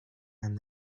and